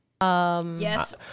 Yes